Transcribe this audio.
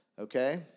Okay